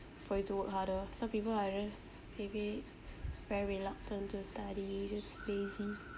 for you to work harder some people are just maybe very reluctant to study just lazy